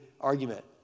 argument